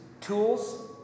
tools